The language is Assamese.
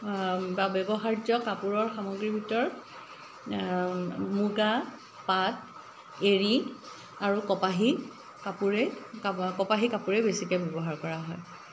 বা ব্যৱহাৰ্য্য কাপোৰৰ সামগ্ৰী ভিতৰত মুগা পাট এৰী আৰু কপাহী কাপোৰেই কপাহী কাপোৰেই বেছিকৈ ব্যৱহাৰ কৰা হয়